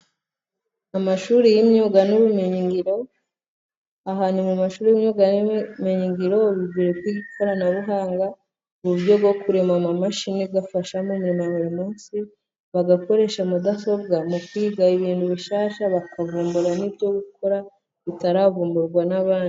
Amashuri y'imyuga n'ubumenyingiro .Ahantu mu mashuri y 'imyuga n'ubumenyingiro ,uburezi bw'ikoranabuhanga mu buryo bwo kurema amamashini afasha mu mirimo ya buri munsi , bagakoresha mudasobwa mu kwiga ibintu bishyashya, bakavumbura n'ibyo gukora bitaravumburwa n'abandi.